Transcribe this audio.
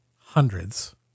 hundreds